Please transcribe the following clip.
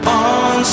on